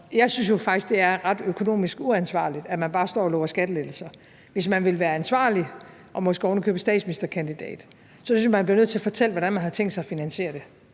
Jeg synes jo faktisk, at det er ret økonomisk uansvarligt, at man bare står og lover skattelettelser. Hvis man vil være ansvarlig og måske ovenikøbet statsministerkandidat, så synes jeg, man bliver nødt til at fortælle, hvordan man har tænkt sig at finansiere det.